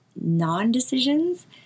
non-decisions